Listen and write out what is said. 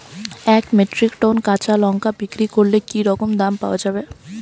এক metric ton কাঁচা লঙ্কা বিক্রি করলে কি রকম দাম পাওয়া যাবে?